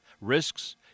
risks